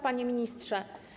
Panie Ministrze!